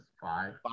Five